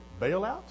bailout